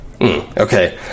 Okay